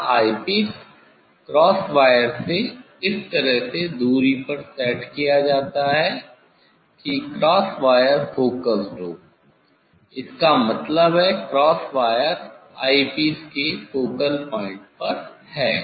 यहां eye piece cross wire से इस तरह से दूरी पर सेट किया जाता है कि क्रॉस वायर फोकस्ड हो इसका मतलब है क्रॉस वायर ऑय पीस के focal point फोकल पॉइंट पर है